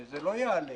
זה לא יעלה.